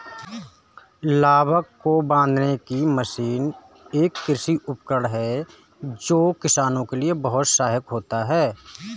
लावक को बांधने की मशीन एक कृषि उपकरण है जो किसानों के लिए बहुत सहायक होता है